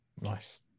Nice